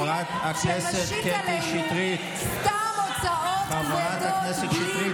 חברת הכנסת שטרית, חברת הכנסת שטרית.